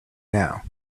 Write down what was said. now